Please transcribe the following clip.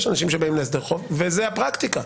אנשים שבאים להסדר חוב וזה הפרקטיקה,